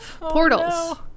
Portals